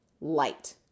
light